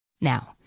Now